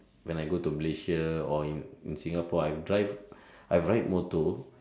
when I go to Malaysia or in in Singapore I drive I ride motor